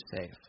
safe